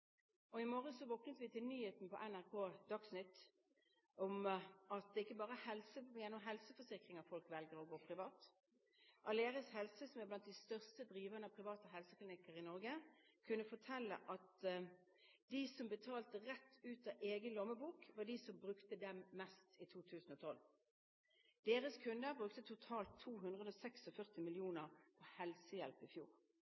våknet vi til nyheten på NRK Dagsnytt om at det er ikke bare ved helseforsikringer at folk velger å gå privat. Aleris Helse, som er blant de største driverne av private helseklinikker i Norge, kunne fortelle at de som betalte rett ut av egen lommebok, var de som brukte dem mest i 2012. Deres kunder brukte totalt 246 mill. kr på helsehjelp i fjor.